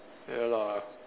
ya lah